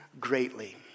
greatly